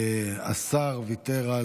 השר ויתר.